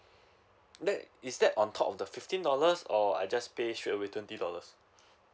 that is that on top of the fifteen dollars or I just pay straight away twenty dollars